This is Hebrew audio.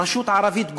רשות ערבית,